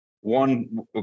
one